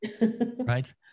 right